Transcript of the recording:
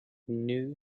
new